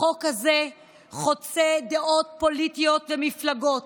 החוק הזה חוצה דעות פוליטיות ומפלגות,